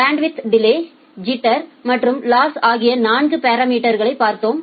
bandwidth delay jitter மற்றும் loss ஆகிய 4 parameter களை பார்த்தோம்